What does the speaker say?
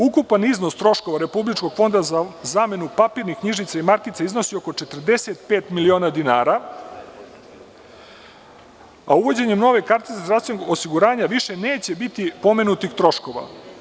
Ukupan iznos troškova Republičkog fonda za zamenu papirnih knjižica i markica iznosi oko 45 miliona dinara, a uvođenjem nove kartice za zdravstvenog osiguranje više neće biti pomenutih troškova.